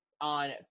on